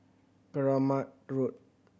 Keramat Road